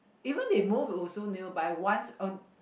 even if move also nearby once oh